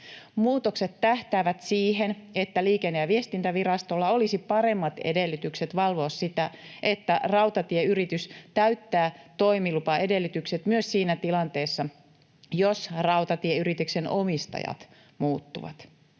Muutokset tähtäävät siihen, että Liikenne- ja viestintävirastolla olisi paremmat edellytykset valvoa sitä, että rautatieyritys täyttää toimilupaedellytykset myös siinä tilanteessa, jossa rautatieyrityksen omistajat muuttuvat.